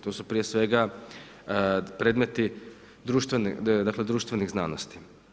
To su prije svega predmeti društvenih znanosti.